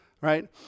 right